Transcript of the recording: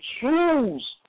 choose